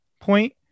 point